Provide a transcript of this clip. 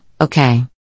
okay